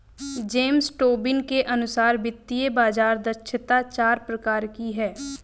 James Tobin के अनुसार वित्तीय बाज़ार दक्षता चार प्रकार की है